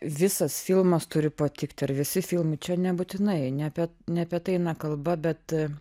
visas filmas turi patikti ar visi filmai čia nebūtinai ne apie ne apie tai eina kalba bet